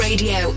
Radio